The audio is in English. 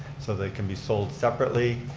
so they can be sold separately,